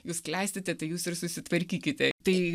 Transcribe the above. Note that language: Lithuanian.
jūs klestite tai jūs ir susitvarkykite tai